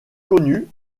connue